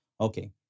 Okay